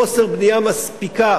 מחוסר בנייה מספיקה,